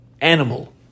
animal